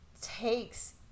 takes